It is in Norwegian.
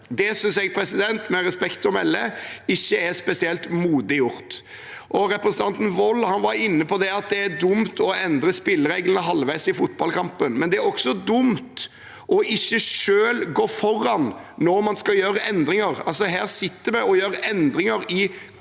Det synes jeg, med respekt å melde, ikke er spesielt modig gjort. Representanten Wold var inne på at det er dumt å endre spillereglene halvveis i fotballkampen. Det er også dumt ikke selv å gå foran når en skal gjøre endringer. Her sitter vi og gjør endringer i kommende